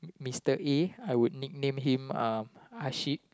Mister A I will nickname him uh a sheep